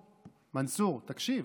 מנסור, תקשיב.